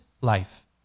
life